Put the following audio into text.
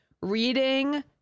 reading